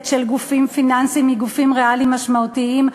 של גופים פיננסיים מגופים ריאליים משמעותיים.